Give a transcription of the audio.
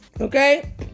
Okay